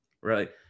right